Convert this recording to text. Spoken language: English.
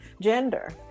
gender